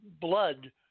blood